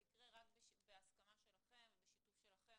זה יקרה רק בהסכמה שלכם ושיתוף שלכם,